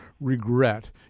regret